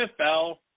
nfl